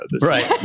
Right